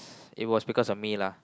it was because of me lah